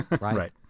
right